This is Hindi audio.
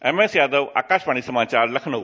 एमएसयादव आकाशवाणी समाचार लखनऊ